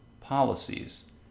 policies